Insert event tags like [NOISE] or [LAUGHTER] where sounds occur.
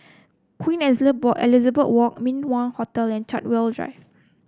Queen [UNINTELLIGIBLE] Elizabeth Walk Min Wah Hotel and Chartwell Drive